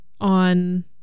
on